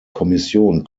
kommission